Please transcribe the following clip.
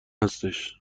هستش